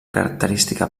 característica